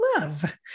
love